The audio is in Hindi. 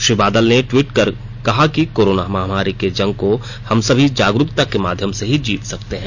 श्री बादल ने ट्विट कर कहा है कि कोरोना महामारी की जांग को हम सभी जागरूगता के माध्यम से ही जीत सकते हैं